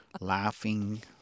laughing